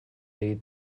egin